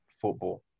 football